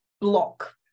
block